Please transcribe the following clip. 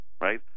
Right